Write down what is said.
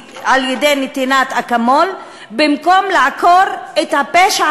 על-ידי נתינת אקמול במקום לעקור את הפשע